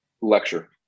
lecture